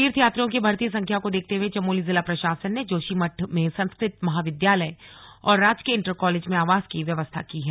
तीर्थयात्रियों की बढ़ती संख्या को देखते हुए चमोली जिला प्रशासन ने जोशीमठ में संस्कृत महाविद्यालय और राजकीय इण्टर कॉलेज में आवास की व्यवस्था की है